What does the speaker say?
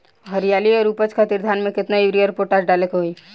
हरियाली और उपज खातिर धान में केतना यूरिया और पोटाश डाले के होई?